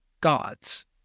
gods